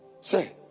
say